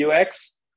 UX